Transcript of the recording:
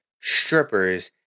strippers